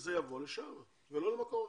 שזה יבוא לשם ולא למקום אחר.